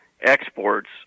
exports